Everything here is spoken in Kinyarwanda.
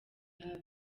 hafi